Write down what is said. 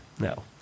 No